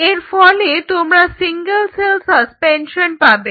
এর ফলে তোমরা সিঙ্গেল সেল সাসপেনশন পাবে